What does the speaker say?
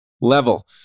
level